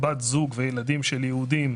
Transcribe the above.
בת זוג וילדים של יהודים,